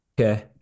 Okay